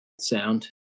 sound